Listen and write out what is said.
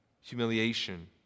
humiliation